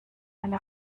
eine